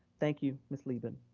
thank you, ms. leben.